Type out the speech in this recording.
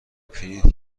پرینت